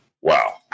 wow